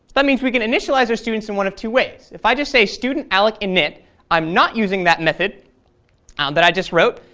that means we can initialize our students in one of two ways. if i say student alloc init i'm not using that method and that i just wrote,